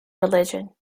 religion